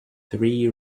three